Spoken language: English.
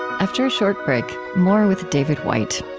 after a short break, more with david whyte.